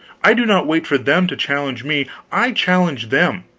i do not wait for them to challenge me, i challenge them.